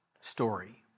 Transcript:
story